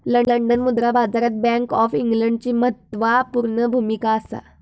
London मुद्रा बाजारात bank of इंग्लंडची म्हत्त्वापूर्ण भुमिका असा